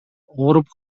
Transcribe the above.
ооруп